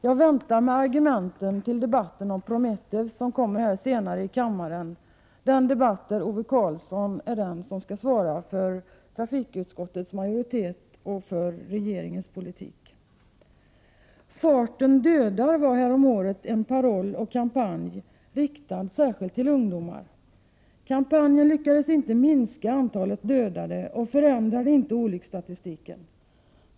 Jag väntar med argumenten till debatten om Prometheus, som kommer att äga rum senare här i kammaren och där Ove Karlsson är den som skall företräda trafikutskottets majoritet och regeringens politik. Farten dödar, var häromåret en paroll och en kampanj riktad särskilt till ungdomar. Kampanjen lyckades inte bidra till att minska antalet dödade och den påverkade inte olycksstatistiken.